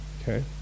Okay